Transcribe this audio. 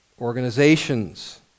organizations